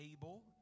able